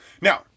Now